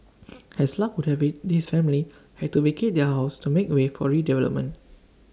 as luck would have IT this family had to vacate their house to make way for redevelopment